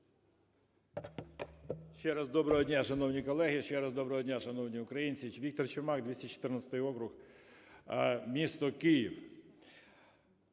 Ще раз доброго дня, шановні колеги. Ще раз доброго дня, шановні українці. Віктор Чумак, 214 округ, місто Київ.